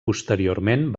posteriorment